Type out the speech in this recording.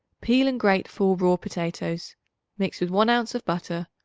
peel and grate four raw potatoes mix with one ounce of butter,